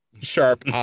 sharp